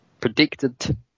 predicted